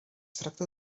tracta